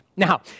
Now